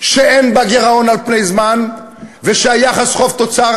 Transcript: שאין בה גירעון על פני זמן ושיחס החוב תוצר